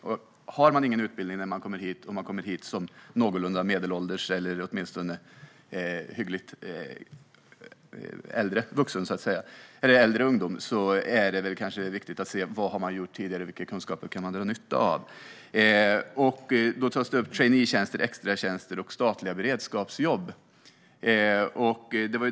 Om man inte har någon utbildning när man kommer hit och är medelålders eller äldre ungdom måste vi se på vad människor har gjort tidigare och vilka kunskaper vi kan dra nytta av. Traineetjänster, extratjänster och statliga beredskapsjobb tas upp.